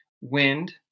wind